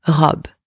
robe